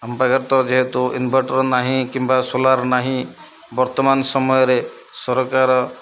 ଆମ ପାଖରେ ତ ଯେହେତୁ ଇନଭର୍ଟର ନାହିଁ କିମ୍ବା ସୋଲାର ନାହିଁ ବର୍ତ୍ତମାନ ସମୟରେ ସରକାର